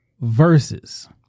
verses